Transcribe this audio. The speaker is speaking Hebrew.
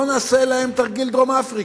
אלא "בוא נעשה להם תרגיל דרום-אפריקה,